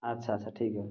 ଆଚ୍ଛା ଆଚ୍ଛା ଠିକ୍ ଅଛି